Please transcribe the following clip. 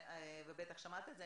ובטח שמעת את זה,